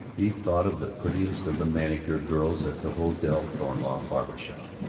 he thought of the prettiest of the manicure girls at the hotel thornleigh barber shop.